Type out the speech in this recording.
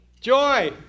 Joy